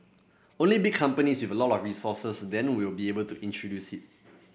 only big companies with a lot of resources then will be able to introduce it